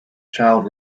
child